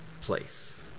place